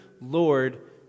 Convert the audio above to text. Lord